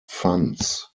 funds